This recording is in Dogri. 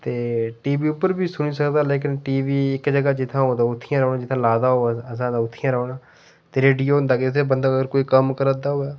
ते टी वी उप्पर बी सुनी सकदा लेकन टी वी इक ज'गा जित्थै होऐ उत्थै गै रौह्ना जित्थै लाए दा होऐ असें ते उत्थै गै रौह्ना ते रेडियो औंदा केह् बंदा अगर कुतै कम्म करा दा होऐ